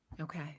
Okay